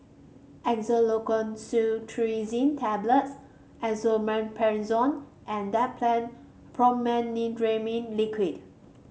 Xyzal Levocetirizine Tablets Esomeprazole and Dimetapp Brompheniramine Liquid